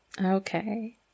Okay